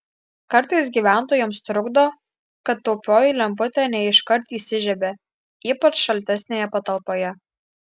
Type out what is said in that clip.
kartais gyventojams trukdo kad taupioji lemputė ne iškart įsižiebia ypač šaltesnėje patalpoje